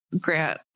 grant